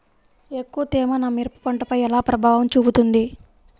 ఎక్కువ తేమ నా మిరప పంటపై ఎలా ప్రభావం చూపుతుంది?